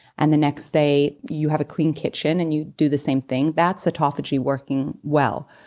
and the next day you have a clean kitchen and you do the same thing, that's autophagy working well.